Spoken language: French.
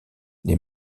les